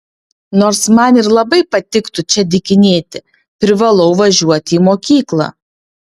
nors man ir labai patiktų čia dykinėti privalau važiuoti į mokyklą